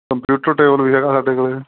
computer table ਵੀ ਹੈਗਾ ਸਾਡੇ ਕੋਲ